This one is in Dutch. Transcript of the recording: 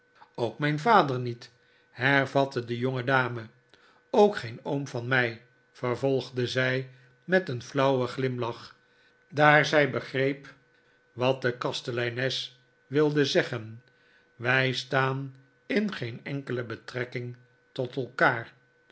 ook mijn vader niet hervatte de jongedame ook geen oom van mij vervolgde zij met een flauwen glimlach daar zij begreep wat de kasteleines wilde zeggen wij staan in geen enkele betrekking tot elkaar